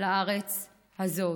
לארץ הזאת.